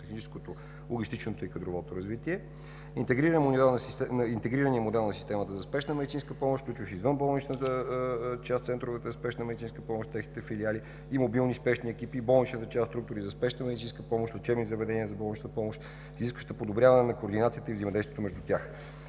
техническото, логистичното и кадрово развитие. Интегрираният модел на системата за спешна медицинска помощ, включващ извънболничната част – центровете за спешна медицинска помощ с техните филиали и мобилни спешни екипи, и болничната част – структури за спешна медицинска помощ в лечебни заведения за болнична помощ, изисква подобряване на координацията и взаимодействието между тях,